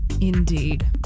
Indeed